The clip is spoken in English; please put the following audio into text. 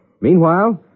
Meanwhile